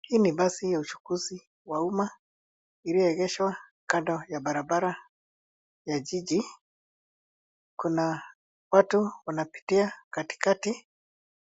Hii ni basi ya uchukuzi wa umma iliyoegeshwa kando ya barabara ya jiji. Kuna watu wanapitia katikati.